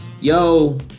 Yo